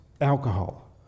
alcohol